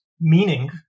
Meaning